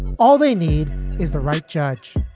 all they need is the right. judge